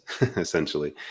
essentially